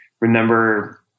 remember